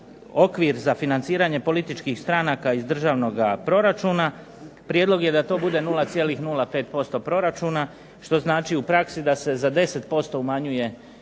okvir za financiranje političkih stranaka iz državnog proračuna. Prijedlog je da to bude 0,05% proračuna što znači u praksi da se za 10% umanjuje